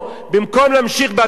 תודה רבה לך.